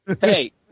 Hey